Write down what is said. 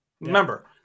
Remember